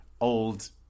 old